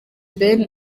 ben